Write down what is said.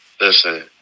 Listen